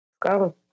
Go